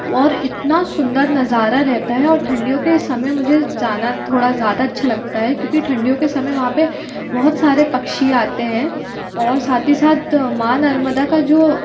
और इतना सुंदर नजारा रहता है और ठंडियों के समय मुझे जाना थोड़ा ज़्यादा अच्छा लगता क्योंकि ठंडियों के समय में वहाँ पे बहुत सारे पक्षी आते हैं और साथ ही साथ माँ नर्मदा का जो